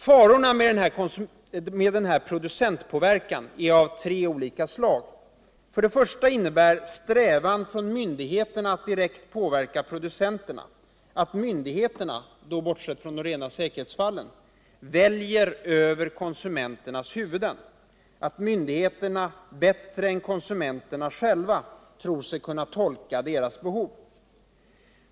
Farorna med producentpåverkan är av tre olika slag: För det första innebär strävan från myndigheternas sida att direkt påverka producenterna att myndigheterna — bortsett från de rena säkerhetsfallen — väljer över konsumenternas huvuden, därför att myndigheterna bättre än konsumenterna själva tror sig kunna tolka deras behov.